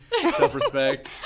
self-respect